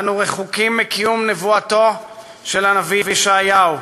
אנו רחוקים מקיום נבואתו של הנביא ישעיהו,